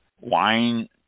wine